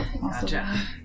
Gotcha